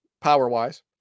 power-wise